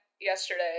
yesterday